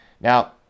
Now